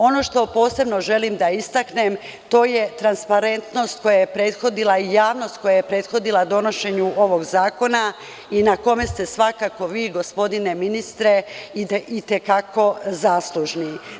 Ono što posebno želim da istaknem je transparentnost i javnost koja je prethodila donošenju ovog zakona i na kome ste svakako vi, gospodine ministre, i te kako zaslužni.